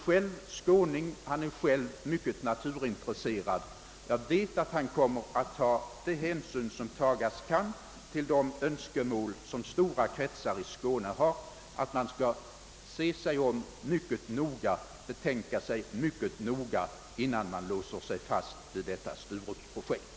Själv är han skåning och dessutom mycket naturintresserad, och jag vet att han kommer att ta de hänsyn som tagas kan till de önskemål som stora kretsar i Skåne har och beakta att man bör se sig om mycket noga och betänka sig mycket grundligt, innan man låser sig fast vid Sturup-projektet.